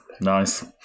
nice